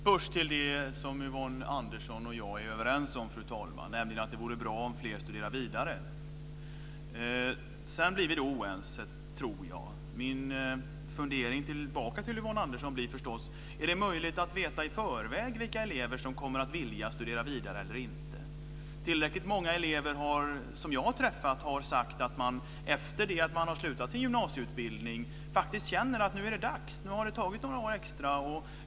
Fru talman! Yvonne Andersson och jag är överens om att det vore bra om fler studerade vidare. Men sedan blir vi oense, tror jag. Min fundering tillbaka till Yvonne Andersson blir förstås: Är det möjligt att veta i förväg vilka elever som kommer att vilja studera vidare och inte? Jag har träffat tillräckligt många elever som efter det att man slutat sin gymnasieutbildning känt: Nu är det dags. Nu har det tagit några år extra.